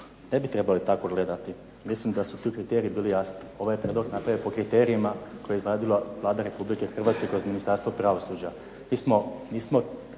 Ne bi trebali tako gledati. Mislim da su ti kriteriji bili jasni. Ovaj prijedlog je napravljen po kriterijima koje je izradila Vlada Republike Hrvatske kroz Ministarstvo pravosuđa.